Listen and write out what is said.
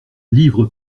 livre